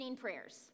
prayers